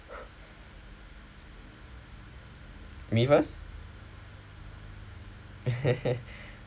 me first